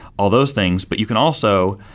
all those things, but you can also